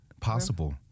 possible